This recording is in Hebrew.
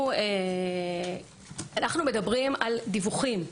אנחנו מדברים על דיווחים.